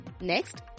Next